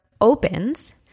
opens